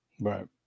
Right